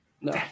no